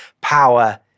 power